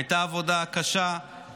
הייתה עבודה קשה,